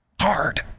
hard